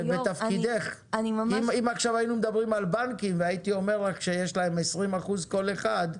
אם היינו מדברים עכשיו על בנקים והייתי אומר לך שיש להם 20% כל אחד,